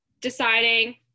deciding